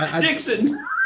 Dixon